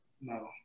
no